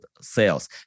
sales